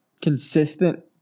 consistent